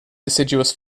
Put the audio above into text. deciduous